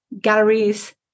galleries